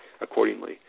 accordingly